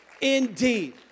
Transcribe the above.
indeed